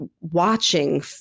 watching